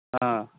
হ্যাঁ